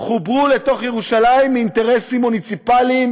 חוברו לתוך ירושלים מאינטרסים מוניציפליים,